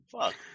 fuck